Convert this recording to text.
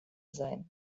sein